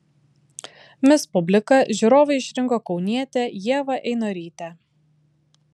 mis publika žiūrovai išrinko kaunietę ievą einorytę